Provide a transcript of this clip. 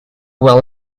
were